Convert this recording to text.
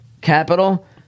capital